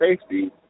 safety